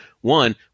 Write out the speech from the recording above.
One